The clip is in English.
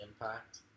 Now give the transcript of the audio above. impact